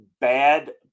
bad